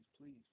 please